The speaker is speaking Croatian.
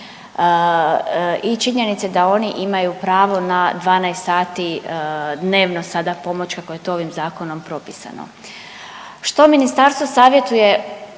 i činjenici da oni imaju pravo na 12 sati dnevno sada pomoć, kako je to ovim Zakonom propisano.